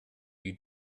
you